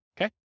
okay